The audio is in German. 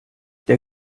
der